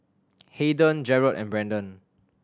Hayden Jerrod and Brendan